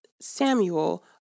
Samuel